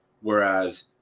Whereas